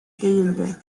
değildi